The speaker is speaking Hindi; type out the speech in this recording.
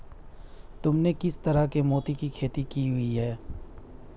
तुमने किस तरह के मोती की खेती की हुई है?